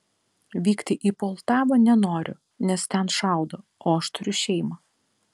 vykti į poltavą nenoriu nes ten šaudo o aš turiu šeimą